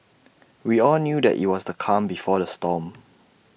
we all knew that IT was the calm before the storm